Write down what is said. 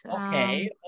okay